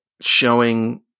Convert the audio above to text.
showing